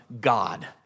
God